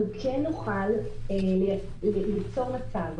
אנחנו כן נוכל ליצור מצב.